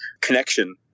connection